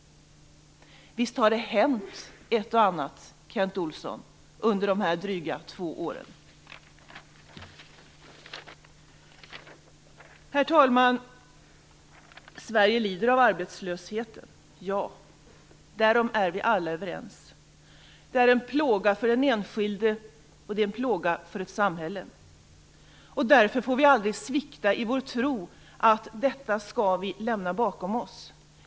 Visst har det hänt ett och annat, Kent Olsson, under de här dryga två åren. Herr talman! Sverige lider av arbetslösheten. Ja, därom är vi alla överens. Det är en plåga för den enskilde och för ett samhälle. Därför får vi aldrig svikta i vår tro att detta skall vi lämna bakom oss.